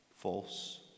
false